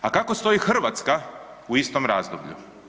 A kako stoji Hrvatska u istom razdoblju?